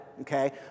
Okay